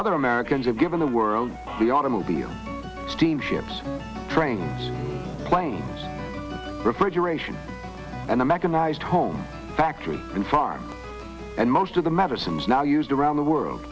other americans have given the world the automobile steamships trains planes refrigeration and a mechanized home factory farm and most of the medicines now used around the world